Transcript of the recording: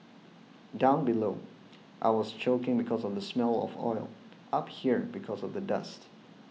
down below I was choking because of the smell of oil up here because of the dust